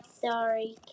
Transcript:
Sorry